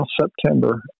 September